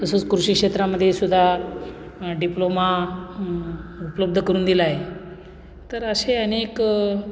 तसंच कृषी क्षेत्रामध्ये सुद्धा डिप्लोमा उपलब्ध करून दिला आहे तर असे अनेक